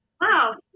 Wow